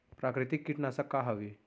प्राकृतिक कीटनाशक का हवे?